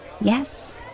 Yes